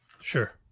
Sure